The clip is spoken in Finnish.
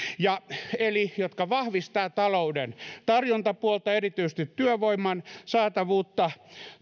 jotka vahvistavat talouden tarjontapuolta erityisesti työvoiman saatavuutta ja